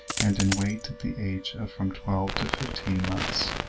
and in weight at the age of from twelve to fifteen months.